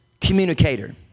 communicator